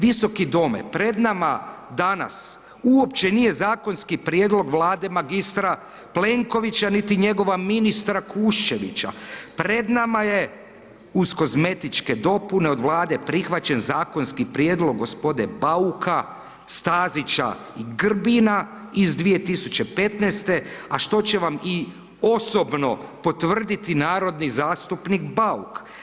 Visoki dome, pred nama danas uopće nije zakonski prijedlog Vlade magistra Plenkovića niti njegova ministra Kuščevića, pred nama je uz kozmetičke dopune od Vlade prihvaćen zakonski prijedlog g. Bauka, Stazića i Grbina, iz 2015., a što će vam i osobno potvrditi narodni zastupnik Bauk.